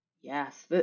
Yes